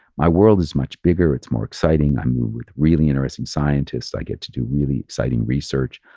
my world is much bigger. it's more exciting. i move with really interesting scientists. i get to do really exciting research.